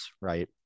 right